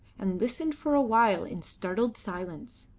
and listened for a while in startled silence.